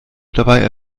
dabei